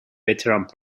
veterans